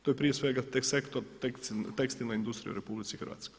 To je prije svega taj sektor tekstilna industrija u RH.